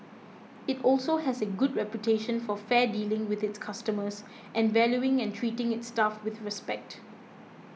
it also has a good reputation for fair dealing with its customers and valuing and treating its staff with respect